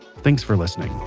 thanks for listening